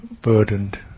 burdened